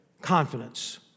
confidence